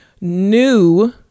new